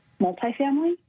multifamily